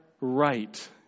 right